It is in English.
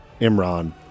Imran